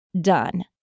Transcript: done